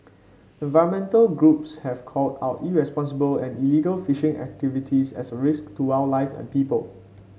environmental groups have called out irresponsible and illegal fishing activities as a risk to wildlife and people